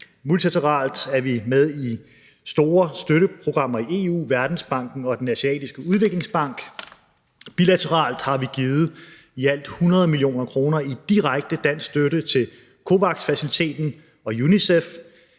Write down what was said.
Multilateralt er vi med i store støtteprogrammer i EU, Verdensbanken og Den Asiatiske Udviklingsbank. Bilateralt har vi givet i alt 100 mio. kr. i direkte dansk støtte til COVAX-faciliteten og UNICEF.